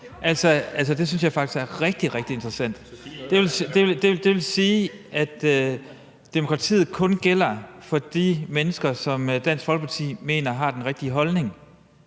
Altså, det synes jeg faktisk er rigtig, rigtig interessant. Det vil sige, at demokratiet kun gælder for de mennesker, som Dansk Folkeparti mener har den rigtige holdning.